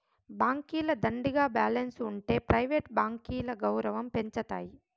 బాంకీల దండిగా బాలెన్స్ ఉంటె ప్రైవేట్ బాంకీల గౌరవం పెంచతాయి